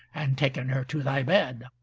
and taken her to thy bed?